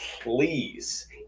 please